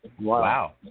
Wow